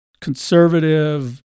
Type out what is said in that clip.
conservative